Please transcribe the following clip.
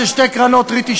של שתי קרנות ריט,